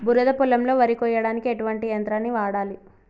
బురద పొలంలో వరి కొయ్యడానికి ఎటువంటి యంత్రాన్ని వాడాలి?